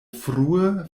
frue